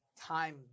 time